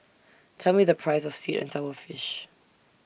Tell Me The Price of Sweet and Sour Fish